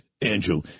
Andrew